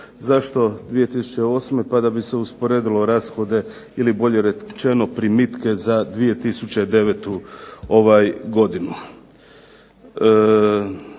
Zašto 2008.? Pa da bi se usporedilo rashode ili bolje rečeno primitke za 2009. godinu.